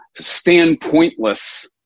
standpointless